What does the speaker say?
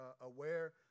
aware